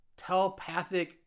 telepathic